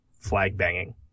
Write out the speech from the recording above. flag-banging